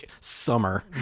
summer